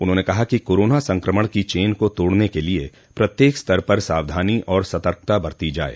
उन्होंने कहा कि कोरोना संक्रमण की चेन को तोड़ने के लिए प्रत्येक स्तर पर सावधानी और सतर्कता बरती जाये